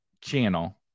channel